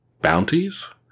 Bounties